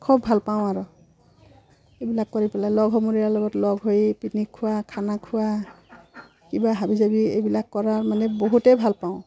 খুব ভালপাওঁ আৰু এইবিলাক কৰি পেলাই লগ সমনীয়াৰ লগত লগ হৈ পিকনিক খোৱা খানা খোৱা কিবা হাবি জাবি এইবিলাক কৰাৰ মানে বহুতেই ভালপাওঁ